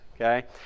okay